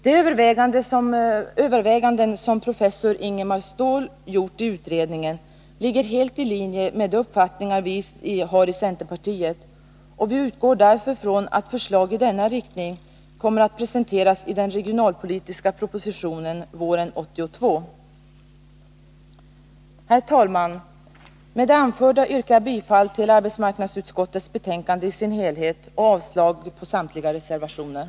De överväganden som professor Ingemar Ståhl gjort i utredningen ligger helt i linje med de uppfattningar vi har i centerpartiet, och vi utgår därför ifrån att förslag i denna riktning kommer att presenteras i den regionalpolitiska propositionen våren 1982. Herr talman! Med det anförda yrkar jag bifall till arbetsmarknadsutskottets hemställan i dess betänkande 1981/82:1 på samtliga punkter och avslag på reservationerna.